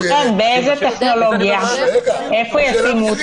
בעצם יש שלושה נושאים על השולחן בשעה הקרובה: יש הבקשה